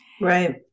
Right